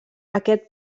aquest